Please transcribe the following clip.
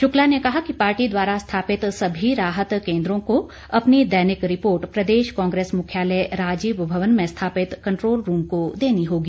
शुक्ला ने कहा कि पार्टी द्वारा स्थापित सभी राहत केंद्रों को अपनी दैनिक रिपोर्ट प्रदेश कांग्रेस मुख्यालय राजीव भवन में स्थापित कंट्रोल रूम को देनी होगी